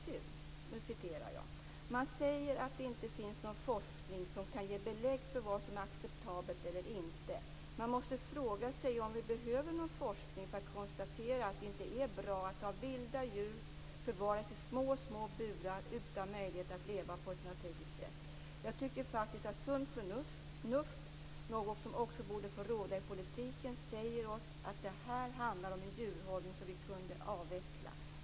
Jag citerar: "Man säger att det inte finns någon forskning som kan ge belägg för vad som är acceptabelt eller inte. Man måste fråga sig om vi behöver någon forskning för att konstatera att det inte är bra att vilda djur förvaras i små, små burar utan möjlighet att leva på ett naturligt sätt. Jag tycker faktiskt att sunt förnuft, något som också borde få råda i politiken, säger oss att det här handlar om en djurhållning som vi kunde avveckla.